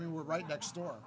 mean we're right next door